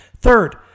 Third